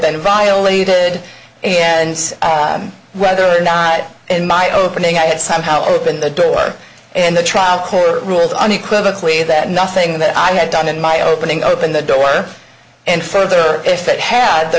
been violated and whether or not in my opening i had somehow opened the door in the trial court rules unequivocally that nothing that i had done in my opening opened the door and further if it had the